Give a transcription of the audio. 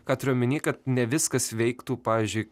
ką turiu omeny kad ne viskas veiktų pavyzdžiui